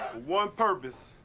one purpose,